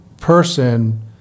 person